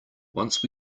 once